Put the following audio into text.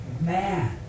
man